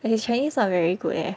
but his Chinese not very good eh